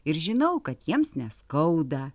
ir žinau kad jiems neskauda